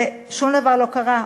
ושום דבר לא קרה.